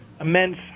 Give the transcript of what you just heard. immense